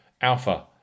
Alpha